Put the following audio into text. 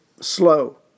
slow